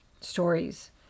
stories